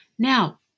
Now